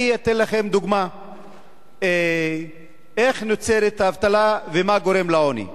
אני אתן לכם דוגמה איך נוצרת אבטלה ומה גורם לעוני: